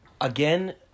Again